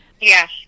yes